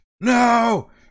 no